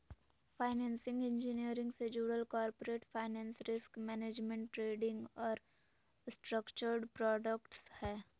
financial engineering से जुडल corporate finance, risk management, trading और स्ट्रक्चर्ड प्रॉडक्ट्स हय